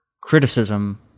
criticism